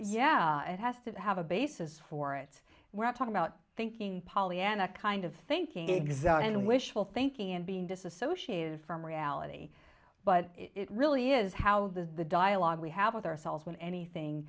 yeah it has to have a basis for it when i talk about thinking pollyanna kind of thinking exult and wishful thinking and being disassociated from reality but it really is how the dialogue we have with ourselves when anything